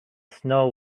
snow